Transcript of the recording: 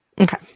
Okay